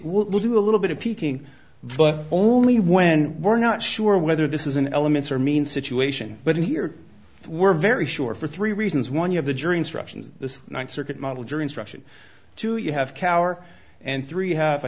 will do a little bit of peeking but only when we're not sure whether this is an elements or mean situation but here we're very sure for three reasons one you have the jury instructions the ninth circuit model jury instruction to you have cower and three you have i